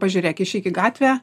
pažiūrėk išeik į gatvę